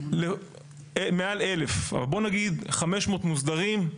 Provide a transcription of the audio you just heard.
מעל 1,000. בואו נגיד 500 מוסדרים,